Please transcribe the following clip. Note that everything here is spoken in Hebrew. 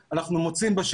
הן צריכות להיות מיועדות לזה.